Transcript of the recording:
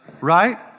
right